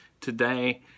today